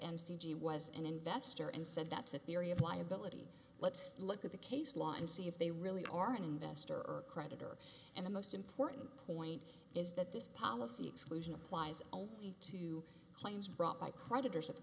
g was an investor and said that's a theory of liability let's look at the case law and see if they really are an investor or creditor and the most important point is that this policy exclusion applies only to claims brought by creditors of the